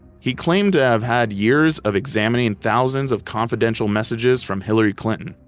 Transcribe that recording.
he claimed to have had years of examining thousands of confidential messages from hillary clinton,